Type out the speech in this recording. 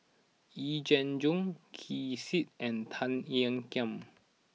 Yee Jenn Jong Ken Seet and Tan Ean Kiam